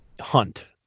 hunt